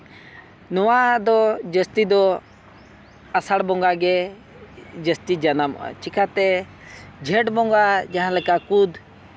ᱱᱚᱣᱟ ᱫᱚ ᱡᱟᱹᱥᱛᱤ ᱫᱚ ᱟᱥᱟᱲ ᱵᱚᱸᱜᱟ ᱜᱮ ᱡᱟᱹᱥᱛᱤ ᱡᱟᱱᱟᱢᱚᱜᱼᱟ ᱪᱤᱠᱟᱹᱛᱮ ᱡᱷᱮᱸᱴ ᱵᱚᱸᱜᱟ ᱡᱟᱦᱟᱸᱞᱮᱠᱟ ᱠᱩᱫᱽ